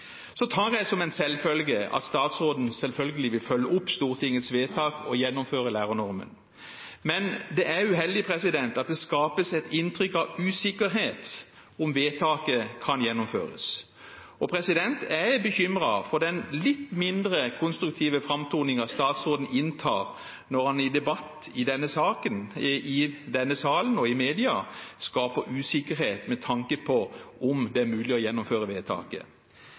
Jeg tar det som en selvfølge at statsråden vil følge opp Stortingets vedtak og gjennomføre lærernormen, men det er uheldig at det skapes et inntrykk av usikkerhet om vedtaket kan gjennomføres. Jeg er bekymret for den litt mindre konstruktive framtoningen statsråden inntar når han i debatt om denne saken i denne salen og i media skaper usikkerhet med tanke på om det er mulig å gjennomføre vedtaket.